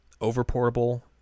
over-portable